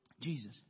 Jesus